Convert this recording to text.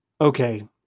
Okay